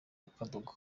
kadogo